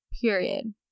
Period